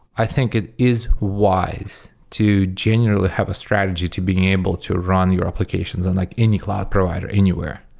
i think it is wise to generally have a strategy to being able to run your applications on like any cloud provider anywhere.